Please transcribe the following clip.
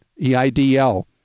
EIDL